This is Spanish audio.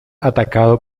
atacado